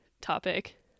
topic